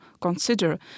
consider